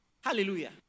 Hallelujah